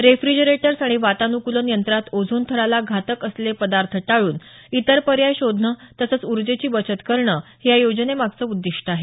refrigerators आणि वातानुकूलन यंत्रात ओझोन थराला घातक असलेले पदार्थ टाळून इतर पर्याय शोधणं तसंच ऊर्जेची बचत करणं हे या योजनेमागचं उद्दिष्ट आहे